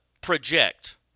project